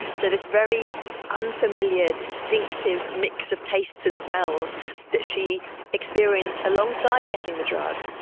so this very unfamiliar, distinctive mix of tastes and smells that she experienced, alongside getting the drug.